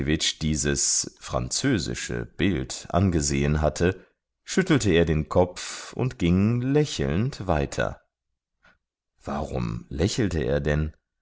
dieses französische bild angesehen hatte schüttelte er den kopf und ging lächelnd weiter warum lächelte er denn